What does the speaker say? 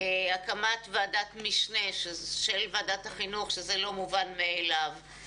הקמת ועדת משנה של ועדת החינוך שזה לא מובן מאליו,